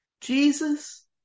Jesus